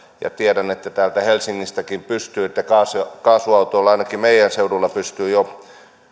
ja tiedän että täällä helsingissäkin pystyy kaasuautoilla ainakin meidän seudullamme pystyy jo